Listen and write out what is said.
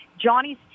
Johnny's